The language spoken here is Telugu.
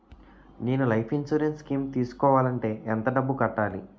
నేను లైఫ్ ఇన్సురెన్స్ స్కీం తీసుకోవాలంటే ఎంత డబ్బు కట్టాలి?